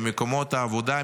למקומות העבודה,